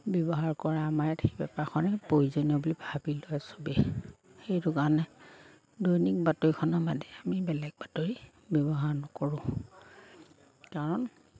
ব্যৱহাৰ কৰা আমাৰ ইয়াত সেই পেপাৰখনে প্ৰয়োজনীয় বুলি ভাবি লয় চবেই সেইটো কাৰণে দৈনিক বাতৰিখনৰ বাদে আমি বেলেগ বাতৰি ব্যৱহাৰ নকৰোঁ কাৰণ